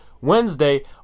wednesday